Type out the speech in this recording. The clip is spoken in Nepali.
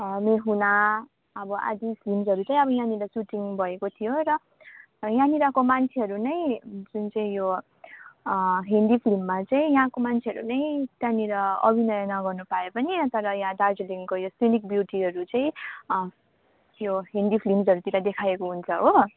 मै हु ना अब आदि फिल्मसहरू चाहिँ यहाँनिर सुटिङ भएको थियो र यहाँनिरको मान्छेहरू नै जुन चाहिँ यो हिन्दी फिल्ममा चाहिँ यहाँको मान्छेहरू नै त्यहाँनिर अभिनय नगर्नु पाए पनि तर यहाँ दार्जिलिङको यो सिनिक ब्युटीहरू चाहिँ अँ यो हिन्दी फिल्मसहरूतिर देखाएको हुन्छ हो